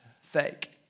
fake